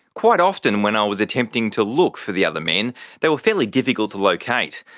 quite often when i was attempting to look for the other men they were fairly difficult to locate.